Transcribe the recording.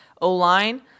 O-line